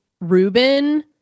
Ruben